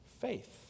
faith